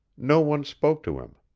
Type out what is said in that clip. no one spoke to him,